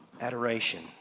Adoration